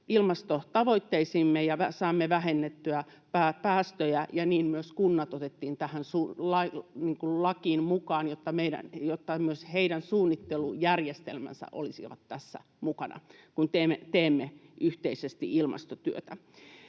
ilmastotavoitteisiimme ja saamme vähennettyä päästöjä — tähän lakiin mukaan, jotta myös heidän suunnittelujärjestelmänsä olisivat tässä mukana, kun teemme yhteisesti ilmastotyötä.